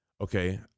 okay